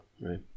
right